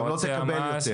גם לא תקבל יותר.